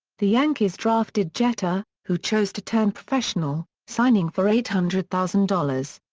the yankees drafted jeter, who chose to turn professional, signing for eight hundred thousand dollars.